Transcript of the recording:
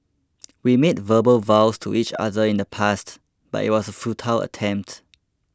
we made verbal vows to each other in the past but it was a futile attempt